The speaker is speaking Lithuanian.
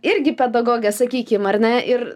irgi pedagogė sakykim ar ne ir